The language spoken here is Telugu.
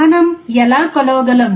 మనం ఎలా కొలవగలం